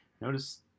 Notice